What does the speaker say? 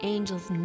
Angels